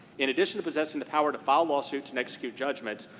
in addition to possessing the power to file lawsuits and execute judgments,